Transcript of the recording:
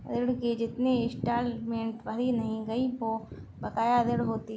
ऋण की जितनी इंस्टॉलमेंट भरी नहीं गयी वो बकाया ऋण होती है